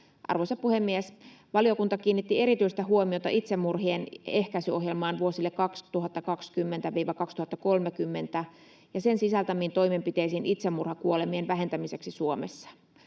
Arvoisa puhemies! Valiokunta kiinnitti erityistä huomiota itsemurhien ehkäisyohjelmaan vuosille 2020—2030 ja sen sisältämiin toimenpiteisiin itsemurhakuolemien vähentämiseksi Suomessa.